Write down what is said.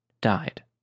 died